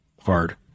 hard